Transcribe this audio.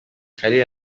kalira